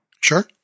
Sure